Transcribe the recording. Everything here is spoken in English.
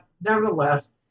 nevertheless